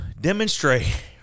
demonstrate